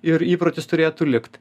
ir įprotis turėtų likt